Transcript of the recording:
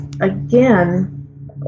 again